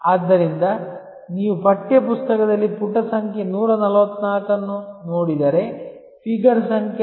ಆದ್ದರಿಂದ ನೀವು ಪಠ್ಯ ಪುಸ್ತಕದಲ್ಲಿ ಪುಟ ಸಂಖ್ಯೆ 144 ಅನ್ನು ನೋಡಿದರೆ ಫಿಗರ್ ಸಂಖ್ಯೆ 6